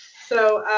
so